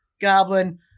goblin